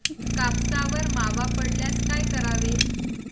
कापसावर मावा पडल्यास काय करावे?